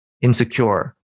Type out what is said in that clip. insecure